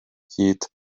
hyd